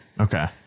Okay